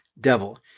Devil